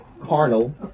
carnal